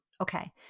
Okay